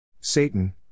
Satan